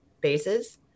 bases